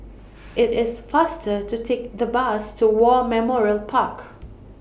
IT IS faster to Take The Bus to War Memorial Park